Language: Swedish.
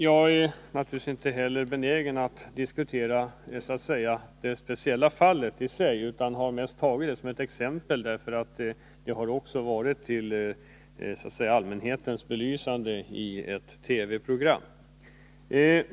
Jag är naturligtvis inte heller benägen att diskutera det speciella fallet i sig, utan jag har mest tagit det som exempel eftersom det belysts för allmänheten i ett TV-program.